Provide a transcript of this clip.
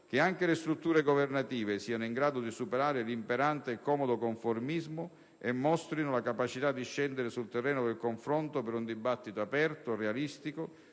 che anche le strutture governative siano in grado di superare l'imperante e comodo conformismo e mostrino la capacità di scendere sul terreno del confronto per un dibattito aperto, realistico